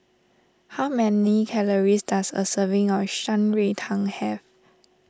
how many calories does a serving of Shan Rui Tang have